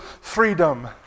freedom